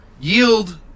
yield